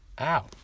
Ow